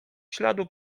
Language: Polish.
śladu